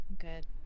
Good